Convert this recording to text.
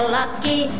lucky